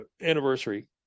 anniversary